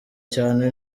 cyane